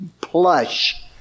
plush